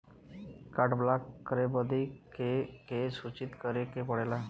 Card block करे बदी के के सूचित करें के पड़ेला?